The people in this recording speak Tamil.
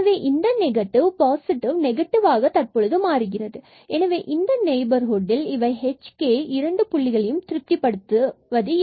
எனவே இந்த நெகட்டிவ் பாசிட்டிவ் பின்பு நெகட்டிவாக தற்பொழுது மாறுகிறது எனவே இந்த நெய்பர்ஹுட் இந்த h and k இரண்டு புள்ளிகளும் திருப்திப்படுத்தும்